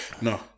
No